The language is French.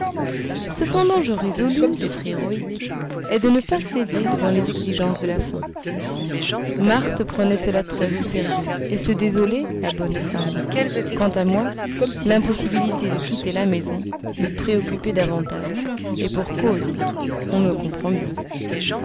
cependant je résolus d'être héroïque et de ne pas céder devant les exigences de la faim marthe prenait cela très au sérieux et se désolait la bonne femme quant à moi l'impossibilité de quitter la maison me préoccupait davantage et pour cause on me comprend bien